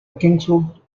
kingswood